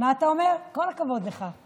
כל הכבוד לך.